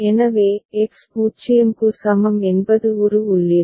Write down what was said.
எனவே எக்ஸ் 0 க்கு சமம் என்பது ஒரு உள்ளீடு